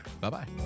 Bye-bye